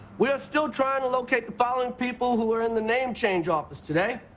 we're still trying to locate the following people who were in the name change office today